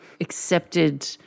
accepted